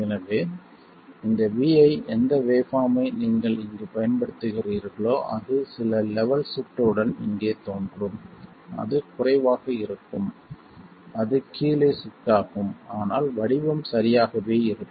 எனவே இந்த Vi எந்த வேவ்பார்ம்மை நீங்கள் இங்கு பயன்படுத்துகிறீர்களோ அது சில லெவல் ஷிப்ட் உடன் இங்கே தோன்றும் அது குறைவாக இருக்கும் அது கீழே ஷிப்ட் ஆகும் ஆனால் வடிவம் சரியாகவே இருக்கும்